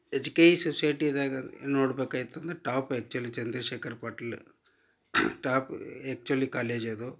education ಸೊಸೈಟಿದಾಗ ನೋಡ್ಬೇಕು ಆಯ್ತು ಅಂದ್ರ ಟಾಪ್ ಆ್ಯಕ್ಚುಲಿ ಚಂದ್ರಶೇಖರ್ ಪಟ್ಲು ಟಾಪ್ ಆ್ಯಕ್ಚುಲಿ ಕಾಲೇಜದು